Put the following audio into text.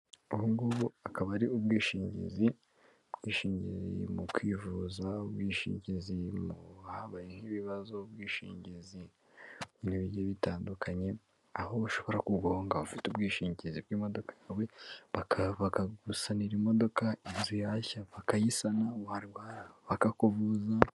Ubu ngubu akaba ari ubwishingizi, ubwishingi mu kwivuza, ubwishingizi habaye nk'ibibazo, ubwishingizi n'ibindi bigiye bitandukanye, aho ushobora kugonga ufite ubwishingizi bw'imodoka yawe, bakagusanira imodoka, inzu yashya bakayisana warwara bakakuvuza...